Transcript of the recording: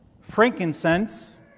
Frankincense